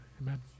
amen